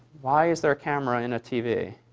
why is there a camera in a tv?